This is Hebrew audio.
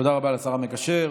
תודה רבה לשר המקשר.